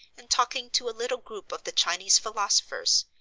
and talking to a little group of the chinese philosophers,